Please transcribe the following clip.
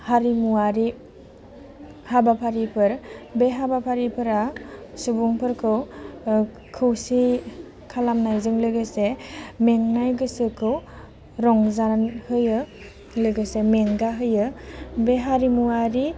हारिमुवारि हाबाफारिफोर बे हाबाफारिफोरा सुबुंफोरखौ खौसे खालामनायजों लोगोसे मेंनाय गोसोखौ रंजानो होयो लोगोसे मेंगाहोयो बे हारिमुवारि